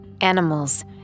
Animals